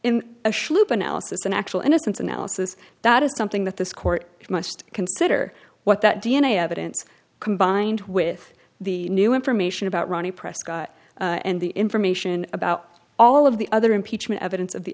analysis in actual innocence analysis that is something that this court must consider what that d n a evidence combined with the new information about ronnie prescott and the information about all of the other impeachment evidence of the